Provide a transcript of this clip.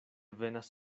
venas